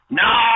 no